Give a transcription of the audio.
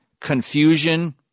confusion